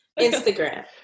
instagram